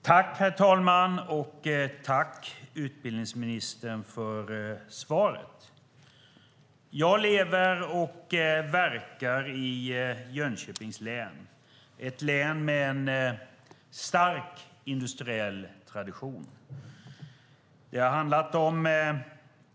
Herr talman! Jag tackar utbildningsministern för svaret. Jag lever och verkar i Jönköpings län. Det är ett län med en stark industriell tradition.